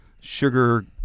sugar